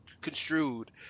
construed